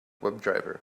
webdriver